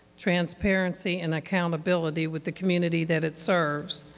transparency and accountability with the community that it serves.